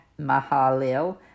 Mahalil